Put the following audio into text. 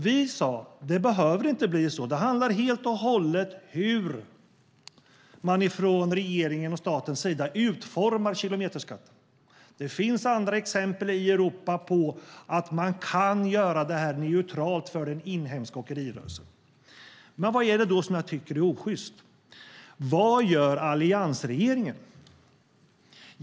Vi sade: Det behöver inte bli så. Det handlar helt och hållet om hur man från regeringens och statens sida utformar kilometerskatten. Det finns andra exempel i Europa på att man kan göra det här neutralt för den inhemska åkerirörelsen. Vad är det då som jag tycker är osjyst? Vad gör alliansregeringen?